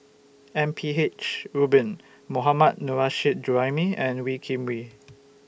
M P H Rubin Mohammad Nurrasyid Juraimi and Wee Kim Wee